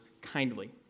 kindly